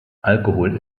alkohol